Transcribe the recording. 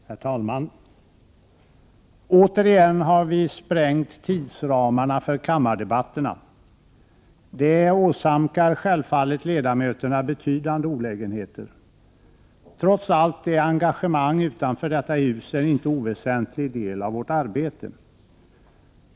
Herr talman! Återigen har vi sprängt tidsramarna för kammardebatterna. Det åsamkar självfallet ledamöterna betydande olägenheter. Trots allt är engagemang utanför detta hus en inte oväsentlig del av vårt arbete.